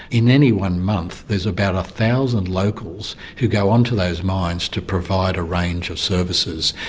in any one month there's about a thousand locals who go onto those mines to provide a range of services.